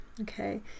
okay